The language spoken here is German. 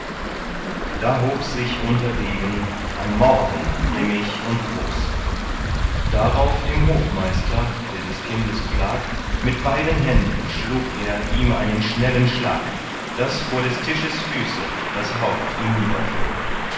da hob sich unter degen ein morden grimmig und groß darauf dem hofmeister der des kindes pflag mit beiden händen schlug er ihm einen schnellen schlag daß vor des tisches füße das haupt ihm niederflog